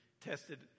tested